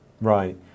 right